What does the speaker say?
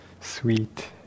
sweet